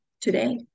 today